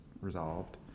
resolved